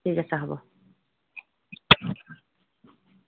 ঠিক আছে হ'ব